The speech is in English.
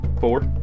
Four